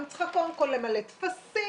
אני צריך קודם למלא טפסים,